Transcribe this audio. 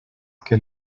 que